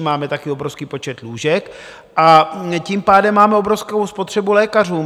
Máme taky obrovský počet lůžek, a tím pádem máme obrovskou spotřebu lékařů.